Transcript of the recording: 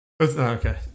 Okay